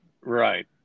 Right